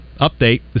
Update